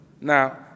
Now